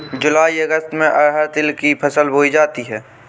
जूलाई अगस्त में अरहर तिल की फसल बोई जाती हैं